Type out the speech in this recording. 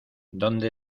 dónde